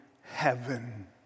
heaven